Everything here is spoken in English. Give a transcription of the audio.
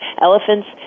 elephants